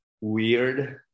weird